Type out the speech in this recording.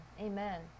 amen